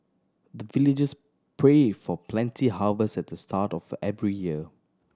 the villagers pray for plenty harvest at the start of every year